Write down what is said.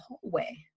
hallway